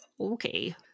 Okay